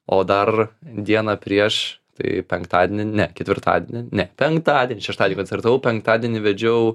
o dar dieną prieš tai penktadienį ne ketvirtadienį ne penktadienį šeštadienį koncertavau penktadienį vedžiau